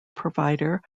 provider